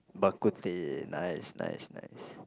bak-kut-teh nice nice nice